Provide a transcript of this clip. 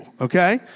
okay